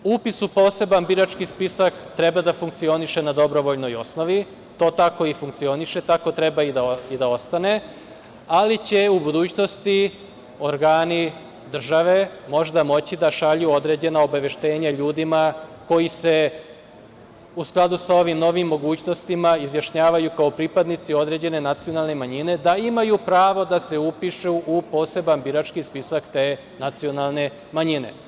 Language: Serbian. Upis u poseban birački spisak treba da funkcioniše na dobrovoljnoj osnovi, to tako i funkcioniše, tako treba i da ostane, ali će u budućnosti organi države možda moći da šalju određena obaveštenja ljudima koji se u skladu sa ovim novim mogućnostima izjašnjavaju kao pripadnici određene nacionalne manjine da imaju pravo da se upišu u poseban birački spisak te nacionalne manjine.